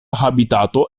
habitato